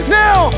now